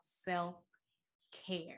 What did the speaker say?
self-care